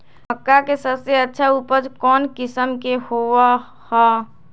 मक्का के सबसे अच्छा उपज कौन किस्म के होअ ह?